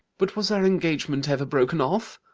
but was our engagement ever broken off?